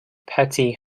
petty